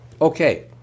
Okay